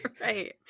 right